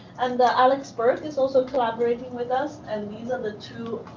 and alex berg is also collaborating with us and these are the two